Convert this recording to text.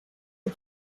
the